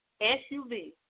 SUV